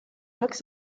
looks